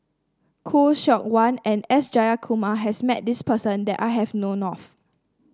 Khoo Seok Wan and S Jayakumar has met this person that I have known of